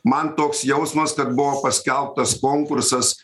man toks jausmas kad buvo paskelbtas konkursas